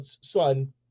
son